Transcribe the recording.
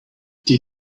did